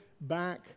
back